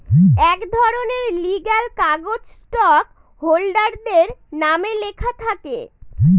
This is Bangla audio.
এক ধরনের লিগ্যাল কাগজ স্টক হোল্ডারদের নামে লেখা থাকে